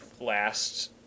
last